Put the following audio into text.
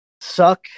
suck